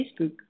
Facebook